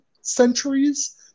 centuries